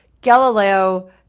Galileo